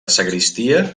sagristia